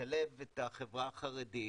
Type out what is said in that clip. לשלב את החברה החרדית